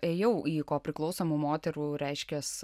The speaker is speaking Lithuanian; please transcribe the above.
ėjau į ko priklausomų moterų reiškias